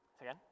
Again